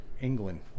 England